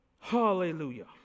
Hallelujah